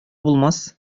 булмас